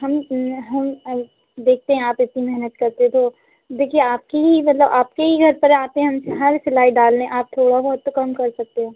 हम हम देखते हैं आप इतनी मेहनत करते तो देखिए आपकी ही मतलब आपके ही घर पर आते हैं हम हर सिलाई डालने आप थोड़ा बहुत तो कम कर सकते हैं